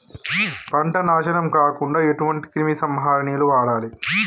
పంట నాశనం కాకుండా ఎటువంటి క్రిమి సంహారిణిలు వాడాలి?